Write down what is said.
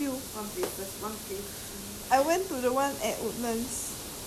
orh so many ah I thought only got one places one places one place